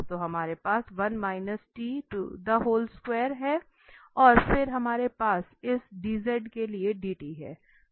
तो हमारे पास है और फिर हमारे पास इस dz के लिए dt है